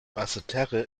basseterre